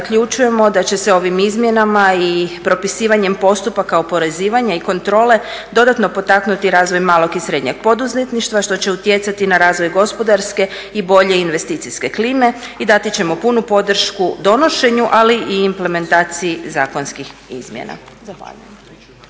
zaključujemo da će ovim izmjenama i propisivanjem postupaka oporezivanja i kontrole dodatno potaknuti razvoj malog i srednjeg poduzetništva što će utjecati na razvoj gospodarske i bolje investicijske klime. Dati ćemo punu podršku donošenju ali i implementaciji zakonskih izmjena.